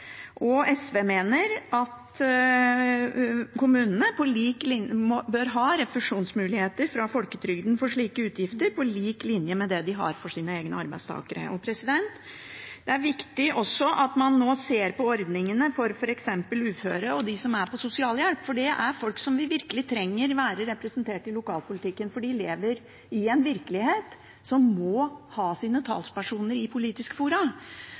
nå. SV mener at kommunene bør ha refusjonsmuligheter fra folketrygden for slike utgifter, på lik linje med det de har for sine egne arbeidstakere. Det er også viktig at man nå ser på ordningene for f.eks. uføre og dem som mottar sosialhjelp. Det er folk som vi virkelig trenger å ha representert i lokalpolitikken, for de lever i en virkelighet som må ha sine talspersoner i politiske fora.